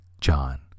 John